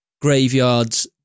graveyards